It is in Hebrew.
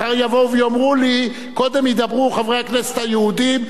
מחר יבואו ויאמרו לי: קודם ידברו חברי הכנסת היהודים,